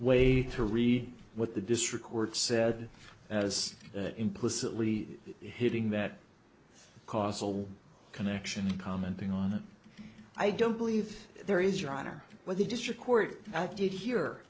way to read what the district court said as that implicitly hitting that causal connection commenting on the i don't believe there is your honor where the district court i did he